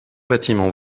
bâtiment